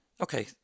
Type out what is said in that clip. Okay